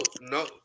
no